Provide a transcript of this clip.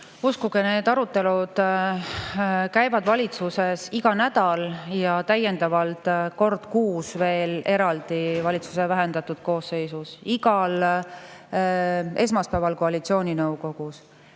Uskuge, need arutelud käivad valitsuses iga nädal ja täiendavalt kord kuus veel eraldi valitsuse vähendatud koosseisus. Igal esmaspäeval koalitsiooninõukogus